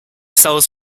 sells